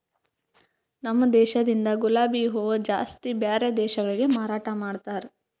ನಮ ದೇಶದಿಂದ್ ಗುಲಾಬಿ ಹೂವ ಜಾಸ್ತಿ ಬ್ಯಾರೆ ದೇಶಗೊಳಿಗೆ ಮಾರಾಟ ಮಾಡ್ತಾರ್